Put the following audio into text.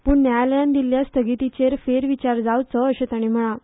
पूण न्यायालयान दिल्ल्या स्थगितीचेर फेरविचार जावचो अशे ताणी म्हळा